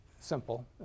Simple